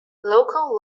local